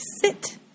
sit